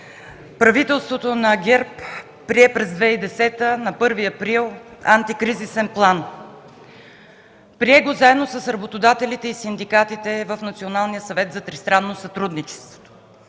Правителството на ГЕРБ на 1 април 2010 г. прие антикризисен план. Прие го заедно с работодателите и синдикатите в